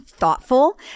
Thoughtful